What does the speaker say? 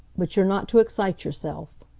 but you're not to excite yourself.